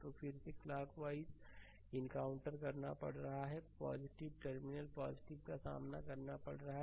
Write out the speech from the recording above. तो फिर से क्लॉक वाइज इनकाउंटर करना पड़ रहा है टर्मिनल का सामना करना पड़ रहा है